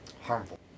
harmful